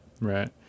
Right